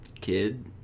kid